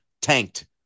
tanked